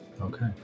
Okay